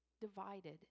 divided